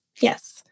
Yes